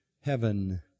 heaven